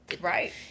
Right